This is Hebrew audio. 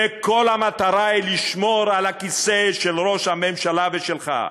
וכל המטרה היא לשמור על הכיסא של ראש הממשלה ושלך.